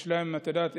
את יודעת,